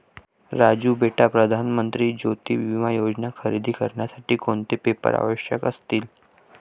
राजू बेटा प्रधान मंत्री ज्योती विमा योजना खरेदी करण्यासाठी कोणते पेपर आवश्यक असतील?